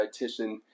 dietitian